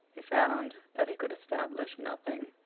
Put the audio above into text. he found that he could establish nothing.